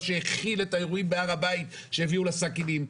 הכיל את האירועים בהר הבית שהביאו לסכינים.